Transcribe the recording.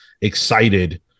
excited